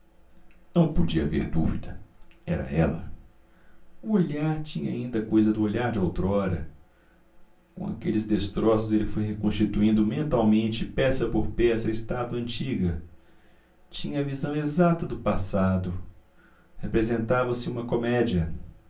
não podia haver dúvida era ela o olhar tinha ainda coisa do olhar de outrora com aqueles destroços ele foi reconstituindo mentalmente peça por peça a estátua antiga tinha a visão exata do passado representava-se uma comédia